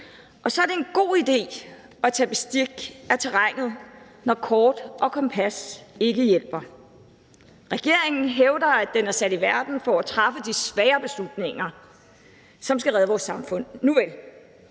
Og så er det en god idé at tage bestik af terrænet, når kort og kompas ikke hjælper. Regeringen hævder, at den er sat i verden for at træffe de svære beslutninger, som skal redde vores samfund. Nuvel,